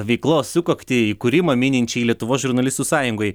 veiklos sukaktį įkūrimą mininčiai lietuvos žurnalistų sąjungai